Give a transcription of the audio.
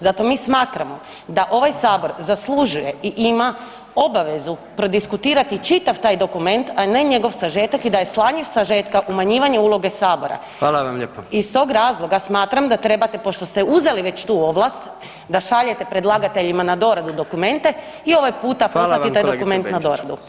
Zato mi smatramo da ovaj sabor zaslužuje i ima obavezu prodiskutirati čitav taj dokument, a ne njegov sažetak i da je slanje sažetka umanjivanje uloge sabora [[Upadica: Hvala vam lijepo]] Iz tog razloga smatram da trebate pošto ste uzeli već tu ovlast da šaljete predlagateljima na doradu dokumente i ovaj puta poslati [[Upadica: Hvala vam kolegice Benčić]] taj dokument na doradu.